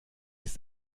ist